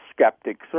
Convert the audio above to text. skeptics